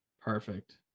Perfect